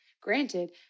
Granted